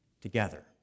together